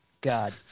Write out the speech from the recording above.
God